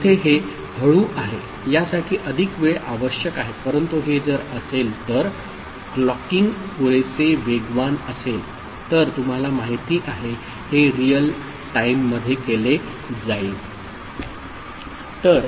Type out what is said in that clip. येथे हे हळू आहे यासाठी अधिक वेळ आवश्यक आहे परंतु हे जर असेल तर क्लॉकिंग पुरेसे वेगवान असेल तर तुम्हाला माहिती आहे हे रिअल टाइममध्ये केले जाईल